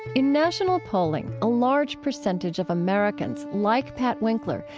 in national polling, a large percentage of americans, like pat winkler,